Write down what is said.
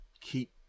keep